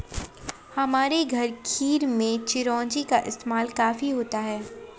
हमारे घर खीर में चिरौंजी का इस्तेमाल काफी होता है